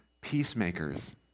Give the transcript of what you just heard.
peacemakers